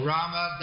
Rama